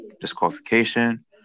disqualification